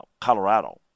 Colorado